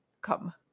come